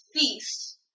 feast